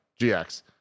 GX